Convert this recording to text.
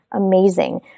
amazing